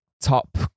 top